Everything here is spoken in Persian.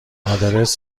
آدرس